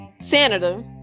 Senator